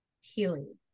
healing